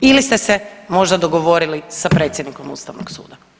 Ili ste se možda dogovorili sa predsjednikom Ustavnog suda?